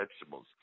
vegetables